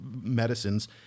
medicines